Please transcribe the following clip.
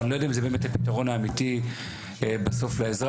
אבל אני לא יודע אם זה באמת הפתרון האמיתי בסוף לאזרח.